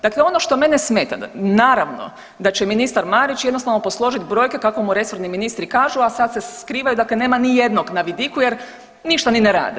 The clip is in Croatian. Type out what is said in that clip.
Dakle, ono što mene smeta, naravno da će ministar Marić jednostavno posložiti brojke kako mu resorni ministri kažu, a sad se skrivaju, dakle nema ni jednog na vidiku jer ništa ni ne rade.